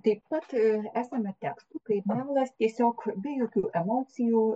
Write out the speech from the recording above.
taip pat esama tekstų kai melas tiesiog be jokių emocijų